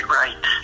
right